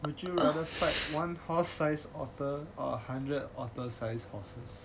would you one horse size otter or hundred otter size horse